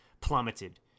plummeted